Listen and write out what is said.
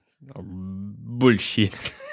Bullshit